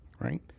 right